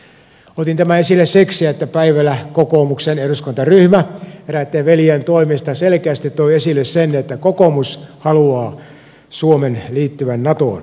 otin tämän esille siksi että päivällä kokoomuksen eduskuntaryhmä eräitten veljien toimesta selkeästi toi esille sen että kokoomus haluaa suomen liittyvän natoon